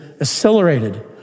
accelerated